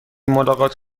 ملاقات